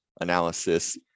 analysis